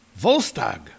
Volstag